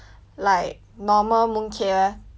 他他们两个之间 got any different or not